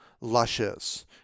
luscious